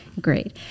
Great